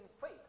faith